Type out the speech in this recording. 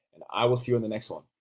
and i will see you in the next one,